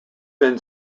been